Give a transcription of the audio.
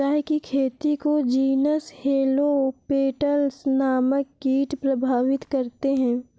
चाय की खेती को जीनस हेलो पेटल्स नामक कीट प्रभावित करते हैं